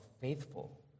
faithful